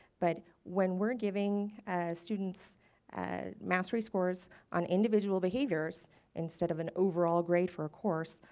but when we're giving students ah mastery scores on individual behaviors instead of an overall grade for a course,